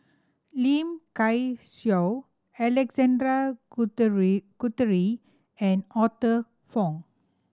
Lim Kay Siu Alexander Guthrie Guthrie and Arthur Fong